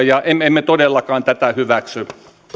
ja emme todellakaan tätä hyväksy